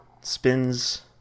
spins